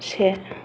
से